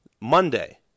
Monday